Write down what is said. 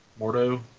Mordo